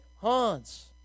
hans